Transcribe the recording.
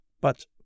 but